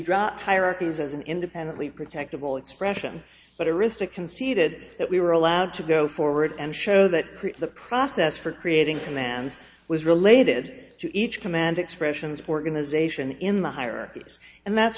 dropped hierarchies as an independently protectable expression but arista conceded that we were allowed to go forward and show that the process for creating commands was related to each command expressions organization in the hierarchies and that's